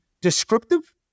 descriptive